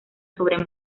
sobre